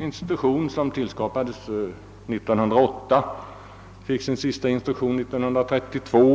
Institutionen tillskapades år 1908 och fick sina senaste instruktioner år 1932.